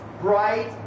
bright